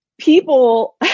people